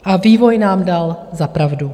A vývoj nám dal za pravdu.